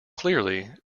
clearly